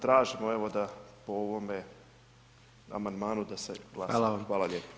Tražimo evo da po ovome amandmanu da se glasa [[Upadica: Hvala vam]] Hvala lijepa.